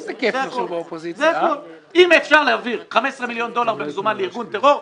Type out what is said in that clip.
אם אפשר להעביר 15 מיליון דולר במזומן לארגון טרור,